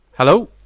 Hello